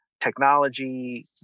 technology